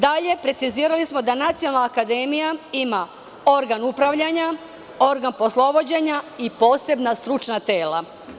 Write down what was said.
Dalje smo precizirali da Nacionalna akademija ima organ upravljanja, organ poslovođenja i posebna stručna tela.